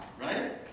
right